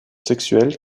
sexuelle